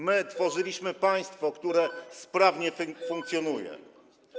My tworzyliśmy państwo, które sprawnie funkcjonuje.